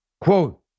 Quote